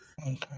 Okay